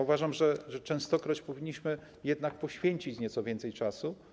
Uważam więc, że częstokroć powinniśmy jednak poświęcić temu nieco więcej czasu.